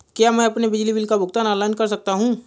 क्या मैं अपने बिजली बिल का भुगतान ऑनलाइन कर सकता हूँ?